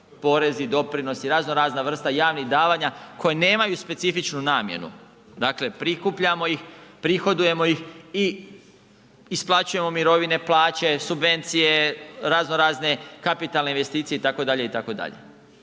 porezi, doprinosi, raznorazna vrsta javnih davanja koja nemaju specifičnu namjenu, dakle prikupljamo ih, prihodujemo ih i isplaćujemo mirovine, plaće, subvencije, raznorazne kapitalne investicije itd.,